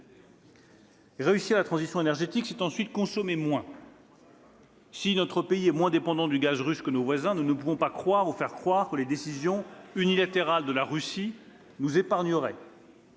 Réussir la transition énergétique, c'est ensuite consommer moins. » Attention à la décroissance !« Si notre pays est moins dépendant du gaz russe que nos voisins, nous ne pouvons pas croire, ou faire croire, que les décisions unilatérales de la Russie nous épargneraient.